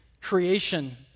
Creation